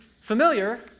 familiar